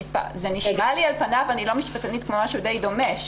אני לא משפטנית אבל זה נשמע לי דבר דומה למדי,